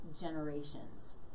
generations